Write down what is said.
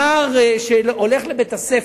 נער שהולך לבית-הספר,